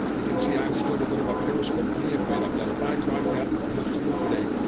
you can see i'm still a bit of periscope neophyte. i've done five broadcasts, most of them today,